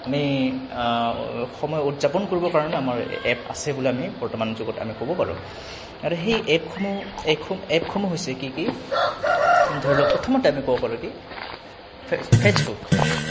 আমি সময় উদযাপন কৰিবৰ কাৰণে আমাৰ এপ আছে বুলি আমি বৰ্তমান যুগত আমি ক'ব পাৰোঁ আৰু সেই এপসমূহ এ এপসমূহ হৈছে কি কি ধৰি লওক প্ৰথমতে আমি ক'ব পাৰোঁ কি ফে ফে'চবুক